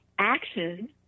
Action